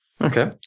Okay